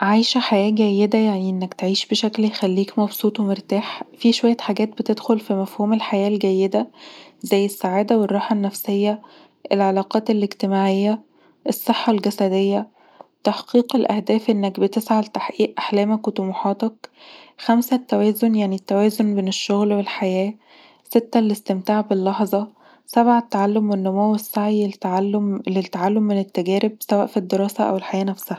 عيش حياه جيده معناه انك تعيش بشكل يخليك مبسوط ومرتاح فيه شوية حاجات بتدخل في مفهوم الحياه الجيده زي السعاده والراحه النفسيه، العلاقات الاجتماعيه، الصحه الجسديه، تحقيق الاهداف انك بتسعي لتحقيق احلامك وطموحاتك خمسه النوازن يعني التوازن بين الشغل والحياه، سته الاستمتاع باللحظه، سبعه التعلم والنمو السعي لتعلم للتعلم من التجارب سواء في الدراسه او الحياه نفسها